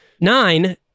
Nine